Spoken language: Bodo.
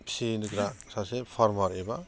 फिसिग्रा सासे फार्मार एबा